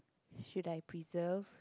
should I preserve